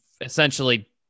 essentially